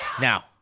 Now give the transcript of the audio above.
now